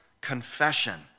confession